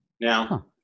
Now